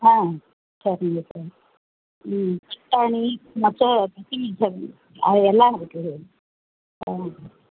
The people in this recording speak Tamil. ஆ சரிங்க சார் ம் பட்டாணி மொட்ச்ச அது எல்லாம் இருக்குது ஆ